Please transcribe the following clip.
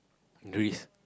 risk